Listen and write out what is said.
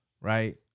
right